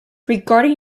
regarding